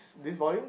this volume